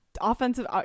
offensive